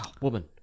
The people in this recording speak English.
woman